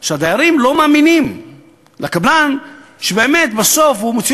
שהדיירים לא מאמינים לקבלן שבאמת הוא מוציא